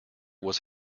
was